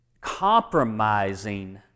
compromising